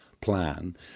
plan